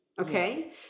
okay